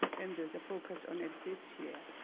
and there's a focus on it this year,